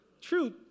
truth